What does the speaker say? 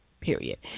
period